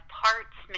parts